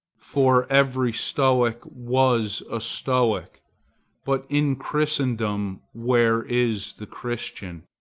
for every stoic was a stoic but in christendom where is the christian?